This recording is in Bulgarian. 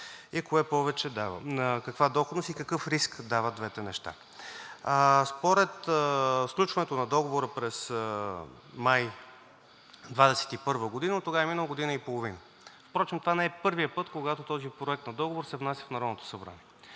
– каква доходност и какъв риск дават двете неща. Според сключването на Договора през май 2021 г. оттогава е минала година и половина. Впрочем това не е първият път, когато този проект на договор се внася в Народното събрание.